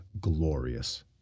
glorious